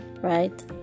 right